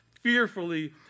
fearfully